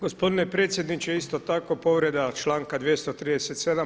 Gospodine predsjedniče, isto tako povreda članka 237.